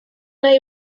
nahi